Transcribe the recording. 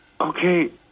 okay